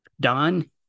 don